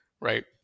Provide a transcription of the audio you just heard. right